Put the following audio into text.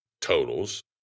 totals